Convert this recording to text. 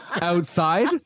outside